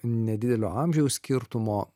nedidelio amžiaus skirtumo